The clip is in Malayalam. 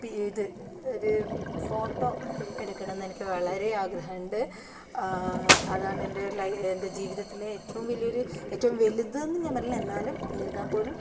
പി ഇത് ഒരു ഫോട്ടോ എടുക്കണമെന്ന് എനിക്ക് വളരെ ആഗ്രഹം ഉണ്ട് അതാണ് എൻ്റെ ലൈഫ് ൻ്റെ ജീവിതത്തിലെ ഏറ്റവും വലിയൊരു ഏറ്റവും വലുതെന്ന് ഞാൻ പറയില്ല എന്നാലും എന്നിരുന്നാൽപോലും